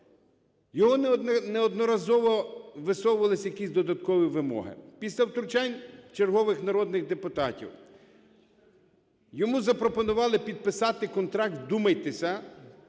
Йому неодноразово висовувались якісь додаткові вимоги. Після втручань чергових народних депутатів йому запропонували підписати контракт, вдумайтесь